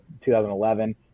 2011